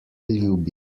ljubi